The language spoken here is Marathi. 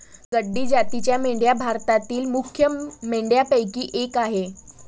गड्डी जातीच्या मेंढ्या भारतातील मुख्य मेंढ्यांपैकी एक आह